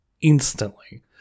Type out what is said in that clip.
instantly